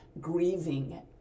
grieving